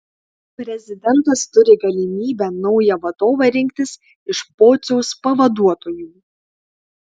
prezidentas turi galimybę naują vadovą rinktis iš pociaus pavaduotojų